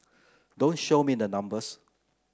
don't show me the numbers